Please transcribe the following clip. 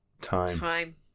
Time